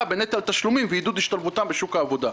בנטל התשלומים ועידוד השתתפותם בשוק העבודה.